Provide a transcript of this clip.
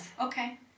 okay